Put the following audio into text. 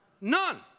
none